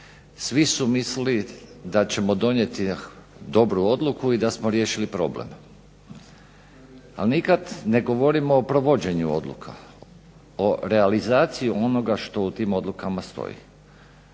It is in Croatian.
svi su mislili da ćemo donijeti dobru odluku i da smo riješili problem. Ali, nikad ne govorimo o provođenju odluka, o realizaciji onoga što u tim odlukama stoji.